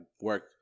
work